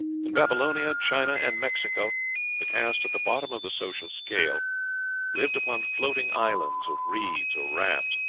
in babylonia, china, and mexico the caste at the bottom of the social scale lived upon floating islands of reeds or rafts,